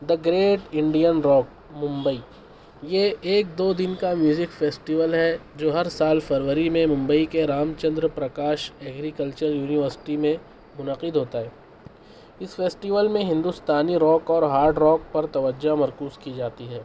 دا Great Indian Rock Mumbai یہ ایک دو دن کا میوزک فیسٹول ہے جو ہر سال فروری میں ممبئی کے رام چندر پرکاش اگریکلچر یونیورسٹی میں منعقد ہوتا ہے اس فیسٹول میں ہندوستانی راک اور ہارڈ راک پر توجہ مرکوز کی جاتی ہے